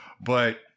But-